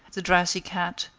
the drowsy cat,